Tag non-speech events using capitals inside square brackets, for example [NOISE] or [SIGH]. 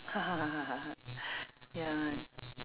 [LAUGHS] ya